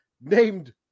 named